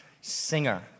singer